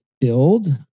build